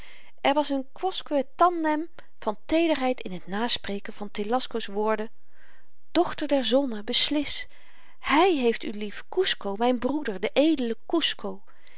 er was een quousque tandem van teederheid in t naspreken van telasco's woorden dochter der zonne beslis hy heeft u lief kusco myn broeder de edele